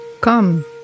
Come